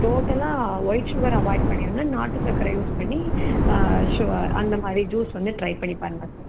டோட்டலாக white sugar avoid பண்ணிடுங்க நாட்டு சக்கரை யூஸ் பண்ணி ஷோ அந்தமாதிரி ஜூஸ் வந்து ட்ரை பண்ணி பாருங்கள்